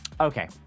Okay